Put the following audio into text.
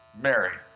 Mary